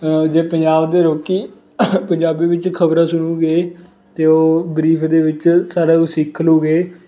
ਜੇ ਪੰਜਾਬ ਦੇ ਲੋਕ ਪੰਜਾਬੀ ਵਿੱਚ ਖਬਰਾਂ ਸੁਣੂਗੇ ਅਤੇ ਉਹ ਗ੍ਰੀਕ ਦੇ ਵਿੱਚ ਸਾਰਾ ਕੁਛ ਸਿੱਖ ਲੂਗੇ